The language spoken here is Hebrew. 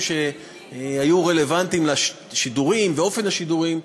שהיו רלוונטיים לשידורים ולאופן השידורים,